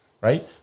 Right